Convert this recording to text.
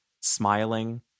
smiling